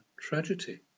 tragedy